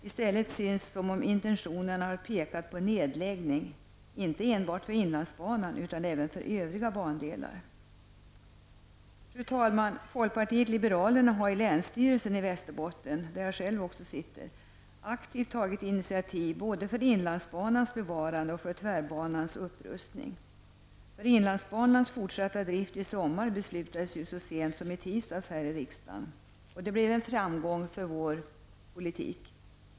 I stället synes som om intentionerna har pekat på nedläggning, inte enbart för inlandsbanan utan även för övriga bandelar. Fru talman! Folkpartiet liberalerna har i länsstyrelsen i Västerbotten, där också jag själv sitter, aktivt tagit initiativ både för inlandsbanans bevarande och tvärbanans upprustning. För inlandsbanans fortsatta drift i sommar beslutades så sent som i tisdags här i riksdagen. Det blev en framgång för vår politik.